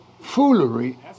foolery